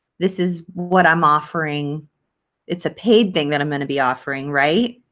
this is what i'm offering it's a paid thing that i'm going to be offering, right?